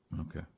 Okay